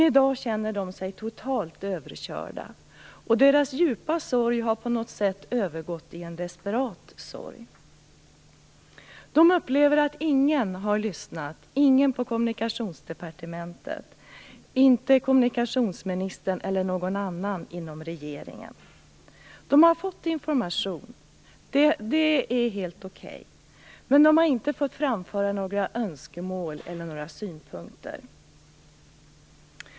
I dag känner de sig totalt överkörda, och deras djupa sorg har på något vis övergått i en desperat sorg. De upplever att ingen har lyssnat, ingen på Kommunikationsdepartementet, inte kommunikationsministern och inte heller någon annan inom regeringen. De har fått information - det är helt okej - men de har inte fått framföra några önskemål eller synpunkter.